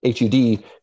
HUD